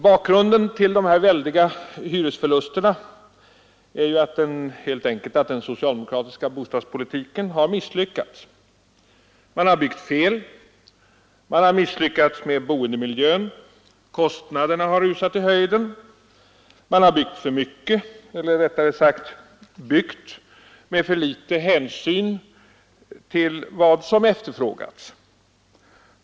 Bakgrunden till de väldiga hyresförlusterna är helt enkelt att den socialdemokratiska bostadspolitiken har misslyckats. Man har byggt fel, man har misslyckats med boendemiljön, kostnaderna har rusat i höjden, man har byggt för mycket, eller rättare sagt byggt med för litet hänsyn till vad som efterfrågats.